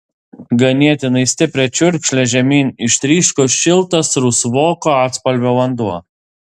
ganėtinai stipria čiurkšle žemyn ištryško šiltas rusvoko atspalvio vanduo